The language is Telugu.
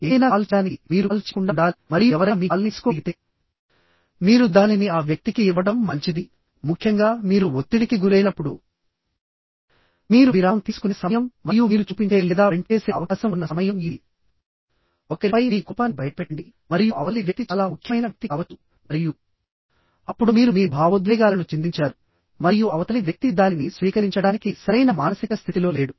ఏదైనా కాల్ చేయడానికి మీరు కాల్ చేయకుండా ఉండాలి మరియు ఎవరైనా మీ కాల్ని తీసుకోగలిగితే మీరు దానిని ఆ వ్యక్తికి ఇవ్వడం మంచిది ముఖ్యంగా మీరు ఒత్తిడికి గురైనప్పుడు మీరు విరామం తీసుకునే సమయం మరియు మీరు చూపించే లేదా వెంట్ చేసే అవకాశం ఉన్న సమయం ఇది ఒకరిపై మీ కోపాన్ని బయటపెట్టండి మరియు అవతలి వ్యక్తి చాలా ముఖ్యమైన వ్యక్తి కావచ్చు మరియు అప్పుడు మీరు మీ భావోద్వేగాలను చిందించారు మరియు అవతలి వ్యక్తి దానిని స్వీకరించడానికి సరైన మానసిక స్థితిలో లేడు